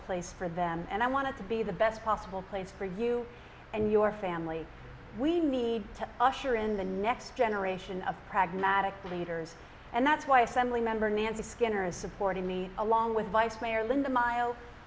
place for them and i want to be the best possible place for you and your family we need to usher in the next generation of pragmatic leaders and that's why a family member nancy skinner is supporting me along with vice mayor linda miles